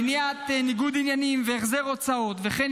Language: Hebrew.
מניעת ניגוד עניינים והחזר הוצאות וכן